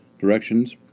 Directions